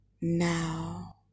Now